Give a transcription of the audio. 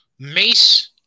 Mace